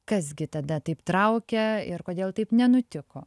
kas gi tada taip traukia ir kodėl taip nenutiko